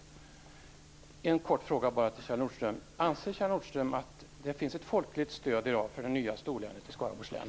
Jag har en kort fråga till Kjell Nordström. Anser Kjell Nordström att det i dag finns ett folkligt stöd för det nya storlänet i Skaraborgs län?